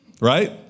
right